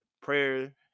prayer